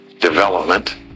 development